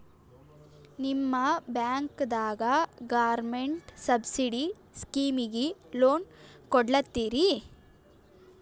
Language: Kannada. ನಿಮ ಬ್ಯಾಂಕದಾಗ ಗೌರ್ಮೆಂಟ ಸಬ್ಸಿಡಿ ಸ್ಕೀಮಿಗಿ ಲೊನ ಕೊಡ್ಲತ್ತೀರಿ?